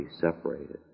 separated